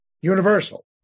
universal